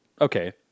okay